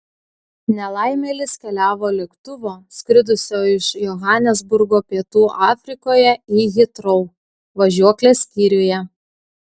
nelaimėlis keliavo lėktuvo skridusio iš johanesburgo pietų afrikoje į hitrou važiuoklės skyriuje